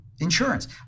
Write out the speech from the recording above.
insurance